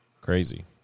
Crazy